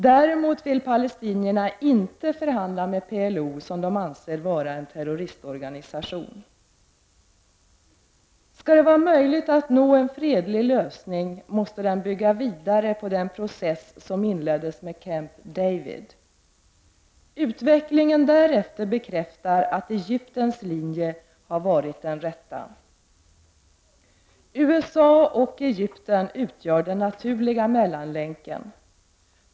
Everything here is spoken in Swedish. Däremot vill israelerna inte förhandla med PLO som de anser vara en terroristorganisation: Skall det vara möjligt att nå en fredlig lösning måste den bygga vidare på den process som inleddes med Camp David. Utvecklingen därefter bekräftar att Egyptens linje har varit den rätta. USA och Egypten utgör den naturliga mellanlänken.